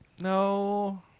No